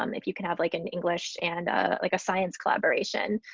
um if you can have like an english and a like ah science collaboration.